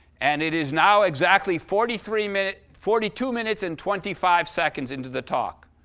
and it is now exactly forty three minute forty two minutes and twenty five seconds into the talk.